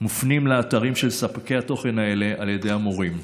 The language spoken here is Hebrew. מופנים לאתרים של ספקי התוכן האלה על ידי המורים.